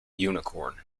unicorn